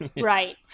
Right